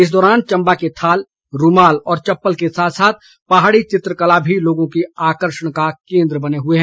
इस दौरान चंबा के थाल रूमाल और चप्पल के साथ साथ पहाड़ी चित्रकला भी लोगों के आकर्षण का केन्द्र बने हुए हैं